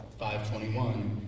5.21